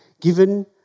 given